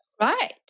Right